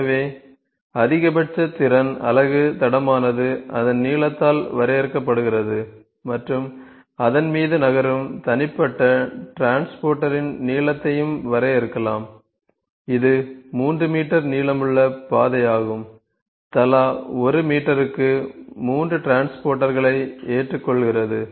எனவே அதிகபட்ச திறன் அலகு தடமானது அதன் நீளத்தால் வரையறுக்கப்படுகிறது மற்றும் அதன் மீது நகரும் தனிப்பட்ட டிரான்ஸ்போர்ட்டரின் நீளத்தையும் வரையறுக்கலாம் இது 3 மீட்டர் நீளமுள்ள பாதையாகும் தலா 1 மீட்டருக்கு 3 டிரான்ஸ்போர்ட்டர்களை ஏற்றுக்கொள்கிறது